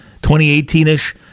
2018-ish